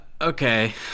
okay